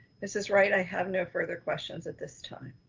mrs. wright, i have no further questions at this time.